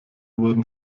wurden